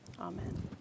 Amen